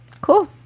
Cool